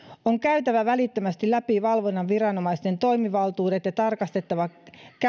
on käytävä välittömästi läpi valvonnan viranomaisten toimivaltuudet ja tarkastettava